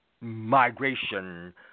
migration